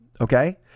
Okay